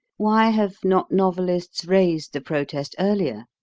why have not novelists raised the protest earlier?